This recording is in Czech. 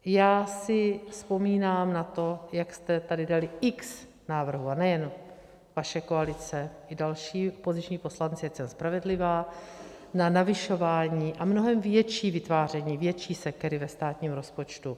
Já si vzpomínám na to, jak jste tady dali x návrhů a nejen vaše koalice, i další opoziční poslanci, ať jsem spravedlivá na navyšování a mnohem větší vytváření větší sekery ve státním rozpočtu.